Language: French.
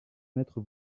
mettre